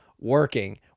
working